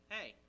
Hey